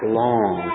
long